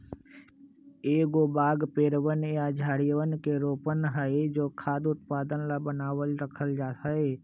एगो बाग पेड़वन या झाड़ियवन के रोपण हई जो खाद्य उत्पादन ला बनावल रखल जाहई